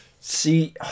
see